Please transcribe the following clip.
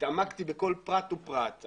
התעמקתי בכל פרט ופרט.